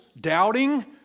doubting